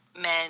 men